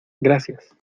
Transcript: gracias